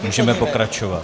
Můžeme pokračovat.